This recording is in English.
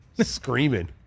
Screaming